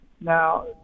Now